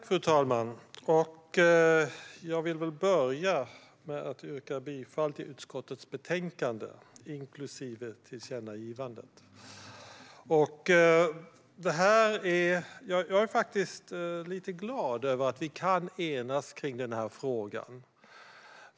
Fru talman! Jag vill börja med att yrka bifall till förslaget i utskottets betänkande, inklusive tillkännagivandet. Jag är faktiskt lite glad över att vi kan enas i den här frågan.